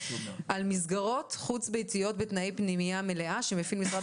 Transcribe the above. על מסגרות חוץ-ביתיות בתנאי פנימייה מלאה שמפעיל משרד